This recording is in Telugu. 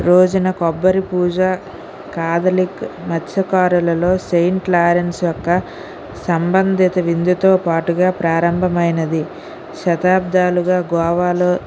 రోజున కొబ్బరి పూజ కాదలీక్ మత్స్యకారులలో సెయింట్ లారెన్స్ యొక్క సంబంధిత విందుతోపాటుగా ప్రారంభమైనది శతాబ్దాలుగా గోవాలో